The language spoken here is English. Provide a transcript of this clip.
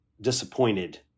disappointed